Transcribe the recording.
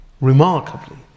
remarkably